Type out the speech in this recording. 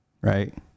right